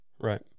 Right